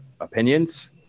opinions